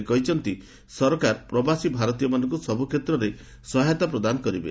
ସେ କହିଛନ୍ତି ସରକାର ପ୍ରବାସୀ ଭାରତୀୟମାନଙ୍କୁ ସବୁ କ୍ଷେତ୍ରରେ ସହାୟତା ପ୍ରଦାନ କରିବେ